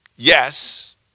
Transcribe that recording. Yes